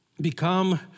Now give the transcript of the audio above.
become